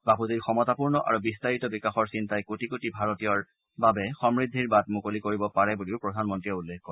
বাপুজীৰ সমতাপূৰ্ণ আৰু বিস্তাৰিত বিকাশৰ চিন্তাই কোটি কোটি ভাৰতীয়ৰ বাবে সমূদ্ধিৰ বাট মুকলি কৰিব পাৰে বুলিও প্ৰধানমন্ত্ৰীয়ে উল্লেখ কৰে